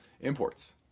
imports